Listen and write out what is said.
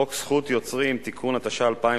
הצעת חוק זכות יוצרים (תיקון), התשע"א 2011,